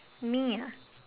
me ah